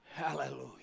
Hallelujah